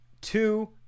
two